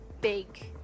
big